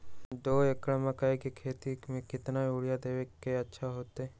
दो एकड़ मकई के खेती म केतना यूरिया देब त अच्छा होतई?